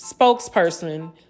spokesperson